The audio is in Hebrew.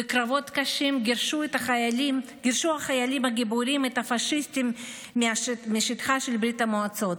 בקרבות קשים גירשו החיילים הגיבורים את הפשיסטים משטחה של ברית המועצות,